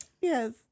Yes